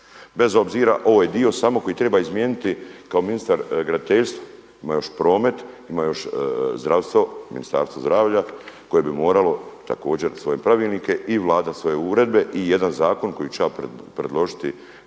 bez obzira, ovo je dio samo koji treba izmijeniti kao ministar graditeljstva, ima još promet, ima još zdravstvo, Ministarstvo zdravlja koje bi moralo također svoje pravilnike i Vlada svoje uredbe i jedan zakon koji ću ja predložiti